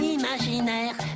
imaginaire